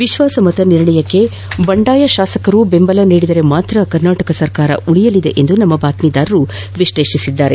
ವಿಶ್ವಾಸಮತ ನಿರ್ಣಯಕ್ಕೆ ಬಂಡಾಯ ಶಾಸಕರೂ ಬೆಂಬಲ ನೀದಿದರೆ ಮಾತ್ರ ಕರ್ನಾಟಕದ ಸರ್ಕಾರ ಉಳಿಯುತ್ತದೆ ಎಂದು ನಮ್ಮ ಬಾತ್ಮೀದಾರರು ವಿಶ್ಲೇಷಿಸಿದ್ದಾರೆ